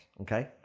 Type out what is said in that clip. Okay